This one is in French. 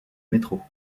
métro